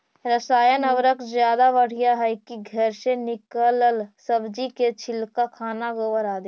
रासायन उर्वरक ज्यादा बढ़िया हैं कि घर से निकलल सब्जी के छिलका, खाना, गोबर, आदि?